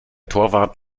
torwart